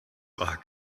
war